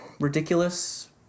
ridiculous